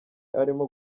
arimo